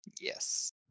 Yes